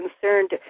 concerned